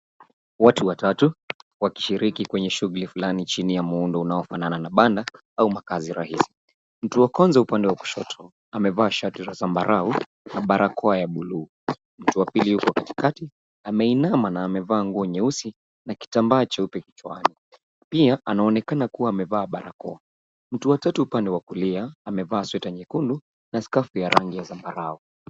Watu watatu wakishiriki kwenye shughuli fulani chini ya muundo unaofanana na banda au makazi rahisi. Mtu wa kwanza upande wa kushoto amevaa shati la zambarau na barakoa ya bluu. Mtu wa pili yuko katikati ameinama na amevaa nguo nyeusi na kitambaa cheupe kichwani. Pia anaonekana kuwa amevaa barakoa. Mtu wa tatu upande wa kulia amevaa sweta nyekundu na skafu ya rangi ya zambarau.